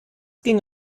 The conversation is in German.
ging